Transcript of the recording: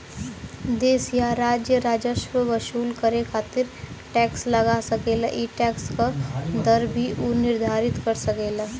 देश या राज्य राजस्व वसूल करे खातिर टैक्स लगा सकेला ई टैक्स क दर भी उ निर्धारित कर सकेला